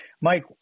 Mike